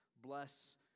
bless